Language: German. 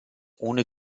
ohne